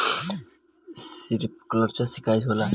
Sprinkler सिंचाई का होला?